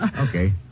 Okay